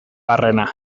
barrena